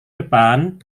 depan